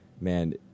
man